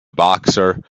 boxer